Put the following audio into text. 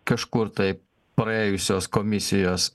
kažkur tai praėjusios komisijos